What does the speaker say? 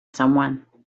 someone